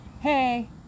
hey